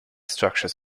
structures